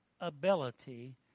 ability